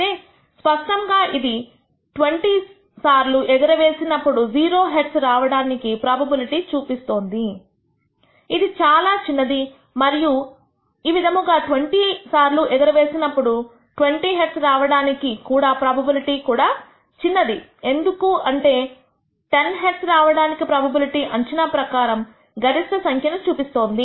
5 తీసుకున్నట్లయితే స్పష్టముగా ఇది 20 సార్లు ఎగరవేసినప్పుడు 0 హెడ్స్ రావడానికి ప్రోబబిలిటీ చూపిస్తోంది ఇదిచాలా చిన్నది మరియు విధముగా 20 సార్లు ఎగరవేసినప్పుడు 20 హెడ్స్ రావడానికి రావడానికి కూడా ప్రోబబిలిటీ కూడా చిన్నది అది ఎందుకంటే 10 హెడ్స్ రావడానికి ప్రోబబిలిటీ అంచనా ప్రకారం గరిష్ట సంఖ్య ను చూపిస్తోంది